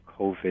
COVID